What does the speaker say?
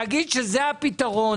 להגיד שזה הפתרון.